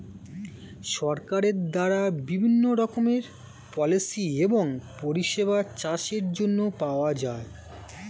সরকারের দ্বারা বিভিন্ন রকমের পলিসি এবং পরিষেবা চাষের জন্য পাওয়া যায়